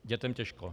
Dětem těžko.